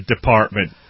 department